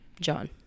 john